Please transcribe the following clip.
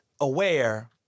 aware